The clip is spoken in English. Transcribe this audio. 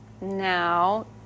now